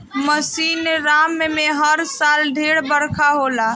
मासिनराम में हर साल ढेर बरखा होला